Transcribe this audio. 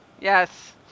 Yes